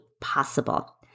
possible